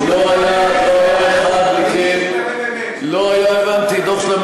זה פורסם לציבור, ניתן, אני מוכן להראות, לא, לא.